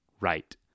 right